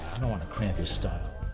i don't want to cramp your style.